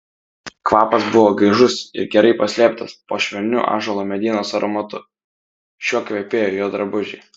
kvapas buvo gaižus ir gerai paslėptas po švelniu ąžuolo medienos aromatu šiuo kvepėjo jo drabužiai